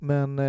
Men